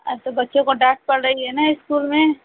अच्छा बच्चों को डाँट पड़ रही है ना इस्कूल में